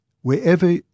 Wherever